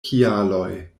kialoj